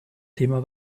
thema